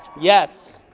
yes.